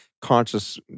conscious